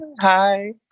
Hi